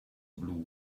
blue